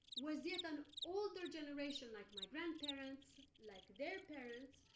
was yet an older generation like my grandparents, like their parents,